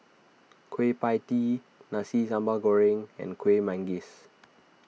Kueh Pie Tee Nasi Sambal Goreng and Kueh Manggis